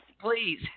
Please